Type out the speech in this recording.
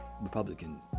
Republican